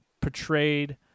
portrayed